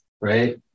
right